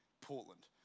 Portland